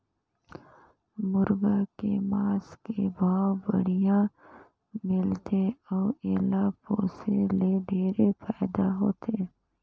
मुरगा के मांस के भाव बड़िहा मिलथे अउ एला पोसे ले ढेरे फायदा होथे